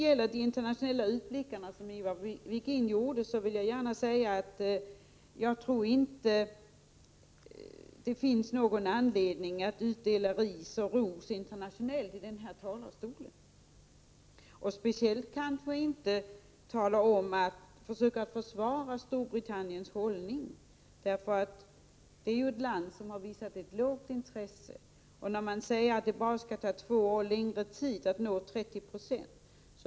Beträffande de internationella utblickar som Ivar Virgin gjorde vill jag säga: Jag tycker inte att det finns någon anledning att från den här talarstolen utdela ris och ros internationellt och kanske speciellt inte att försöka försvara Storbritanniens hållning. Det är ju ett land som har visat ringa intresse. Virgin säger att det bara kommer att ta två år längre att nå målet 30 76.